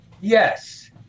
Yes